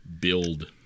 build